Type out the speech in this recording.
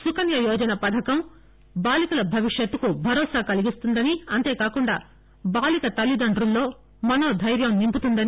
సుకన్న యోజన పథకం బాలీకల భవిష్యత్తుకు భరోసా కలిగిస్తుందనీ అంతేకాకుండా బాలిక తల్లిదండ్రుల్లో మనోదైర్యాన్సి నింపుతుంది